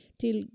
till